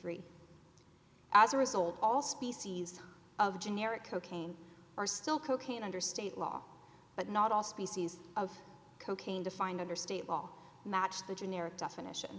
three as a result all species of generic cocaine are still cocaine under state law but not all species of cocaine defined under state law all match the generic definition